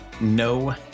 no